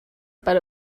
but